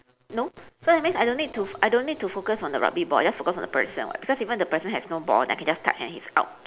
no so that means I don't need to I don't need to focus on the rugby ball I just focus on the person [what] cause even the person has no ball I can just touch and he's out